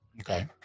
okay